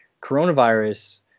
Coronavirus